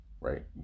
Right